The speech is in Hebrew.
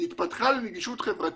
היא התפתחה לנגישות חברתית,